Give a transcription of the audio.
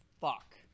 Fuck